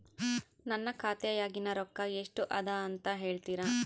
ನನ್ನ ಖಾತೆಯಾಗಿನ ರೊಕ್ಕ ಎಷ್ಟು ಅದಾ ಅಂತಾ ಹೇಳುತ್ತೇರಾ?